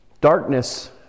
Darkness